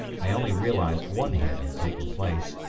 i only realized one hit had taken place,